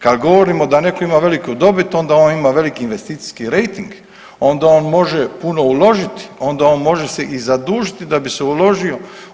Kad govorimo da netko ima veliku dobit, onda on ima veliki investicijski rejting, onda on može puno uložiti, onda on može se i zadužiti da bi se uložio.